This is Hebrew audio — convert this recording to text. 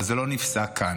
אבל זה לא נפסק כאן.